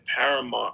paramount